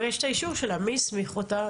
מי הסמיך אותה?